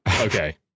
Okay